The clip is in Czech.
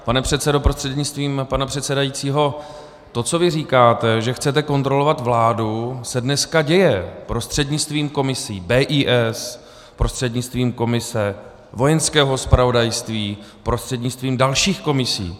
Pane předsedo prostřednictvím pana předsedajícího, to, co vy říkáte, že chcete kontrolovat vládu, se dneska děje prostřednictvím komisí BIS, prostřednictvím komise Vojenského zpravodajství, prostřednictvím dalších komisí.